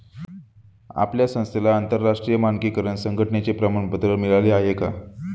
आपल्या संस्थेला आंतरराष्ट्रीय मानकीकरण संघटने चे प्रमाणपत्र मिळाले आहे का?